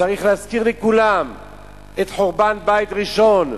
צריך להזכיר לכולם את חורבן בית ראשון,